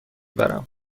برم